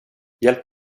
hjälp